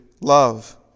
love